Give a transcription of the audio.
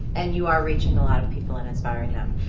and you are reaching a lot of people and inspiring them.